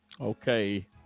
Okay